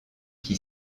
qui